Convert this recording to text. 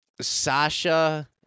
Sasha